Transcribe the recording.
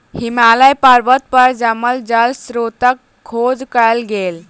हिमालय पर्वत पर जमल जल स्त्रोतक खोज कयल गेल